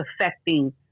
affecting